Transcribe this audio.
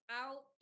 out